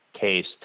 case